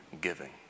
giving